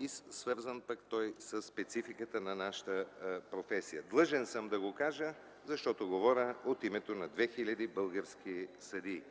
живот, а той със спецификата на нашата професия. Длъжен съм да го кажа, защото говоря от името на 2000 български съдии,